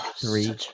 three